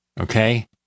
okay